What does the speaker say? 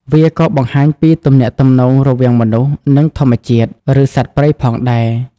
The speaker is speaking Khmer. វាក៏បង្ហាញពីទំនាក់ទំនងរវាងមនុស្ស និងធម្មជាតិ ឬសត្វព្រៃផងដែរ។